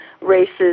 races